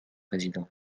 président